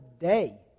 day